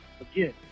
Again